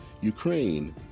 Ukraine